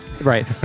Right